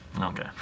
Okay